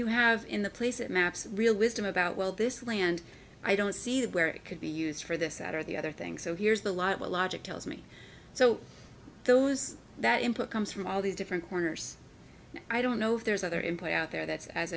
you have in the place of maps real wisdom about well this land i don't see that where it could be used for this that or the other thing so here's the law to logic tells me so those that input comes from all these different corners i don't know if there's other employee out there that's as